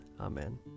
Amen